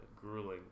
grueling